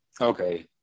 Okay